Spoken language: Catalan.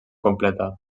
completa